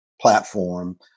platform